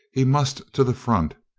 he must to the front,